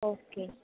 okay